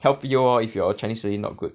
help you lor if your chinese really not good